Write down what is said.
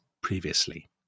previously